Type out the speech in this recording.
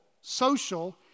social